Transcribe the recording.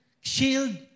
shield